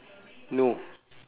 no